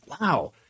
Wow